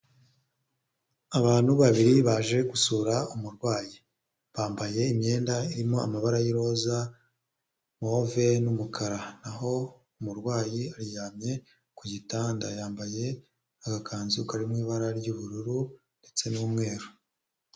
Abantu babiri baje gusura umurwayi, bambaye imyenda irimo amabara y'iroza, move n'umukara n'aho umurwayi aryamye ku gitanda yambaye agakanzu kari mu ibara ry'ubururu ndetse n'umweru.